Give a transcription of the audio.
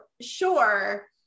sure